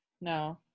No